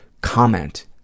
comment